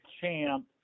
champ